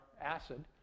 acid